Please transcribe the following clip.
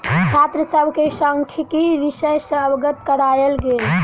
छात्र सभ के सांख्यिकी विषय सॅ अवगत करायल गेल